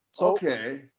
okay